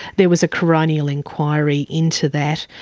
there was a coronial inquiry into that,